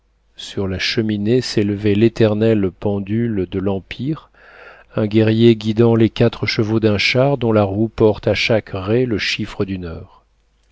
sur la cheminée s'élevait l'éternelle pendule de l'empire un guerrier guidant les quatre chevaux d'un char dont la roue porte à chaque raie le chiffre d'une heure